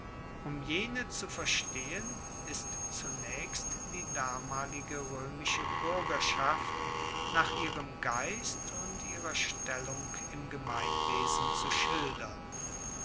um jene zu verstehen ist zunaechst die damalige roemische buergerschaft nach ihrem geist und ihrer stellung im gemeinwesen zu schildern